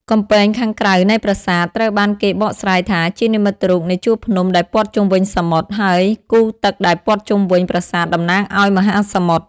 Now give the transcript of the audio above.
កំពែងខាងក្រៅនៃប្រាសាទ ត្រូវបានគេបកស្រាយថាជានិមិត្តរូបនៃជួរភ្នំដែលព័ទ្ធជុំវិញសមុទ្រ ហើយគូទឹកដែលព័ទ្ធជុំវិញប្រាសាទតំណាងឱ្យមហាសមុទ្រ។